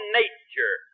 nature